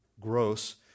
Gross